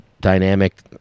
dynamic